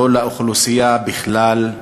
לא לאוכלוסייה בכלל,